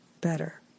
better